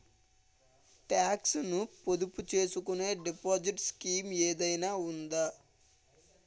Talks ను పొదుపు చేసుకునే డిపాజిట్ స్కీం ఏదైనా ఉందా?